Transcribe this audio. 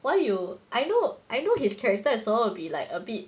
why you I know I know his character is all will be like a bit